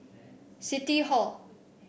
City Hall